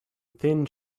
thin